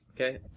okay